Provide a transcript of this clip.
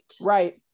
Right